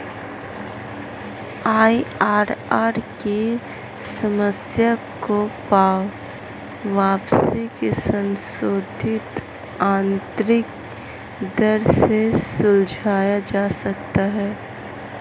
IRR की समस्या को वापसी की संशोधित आंतरिक दर से सुलझाया जा सकता है